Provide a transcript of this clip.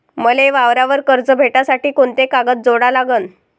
मले वावरावर कर्ज भेटासाठी कोंते कागद जोडा लागन?